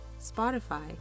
Spotify